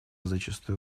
зачастую